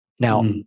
Now